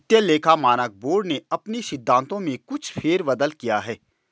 वित्तीय लेखा मानक बोर्ड ने अपने सिद्धांतों में कुछ फेर बदल किया है